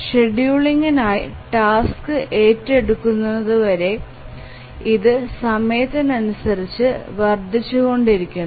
ഷെഡ്യൂളിംഗിനായി task ഏറ്റെടുക്കുന്നതുവരെ ഇത് സമയത്തിനനുസരിച്ച് വർദ്ധിച്ചുകൊണ്ടിരിക്കും